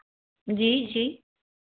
जी जी